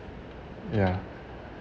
ya